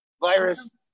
virus